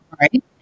right